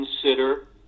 consider